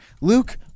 Luke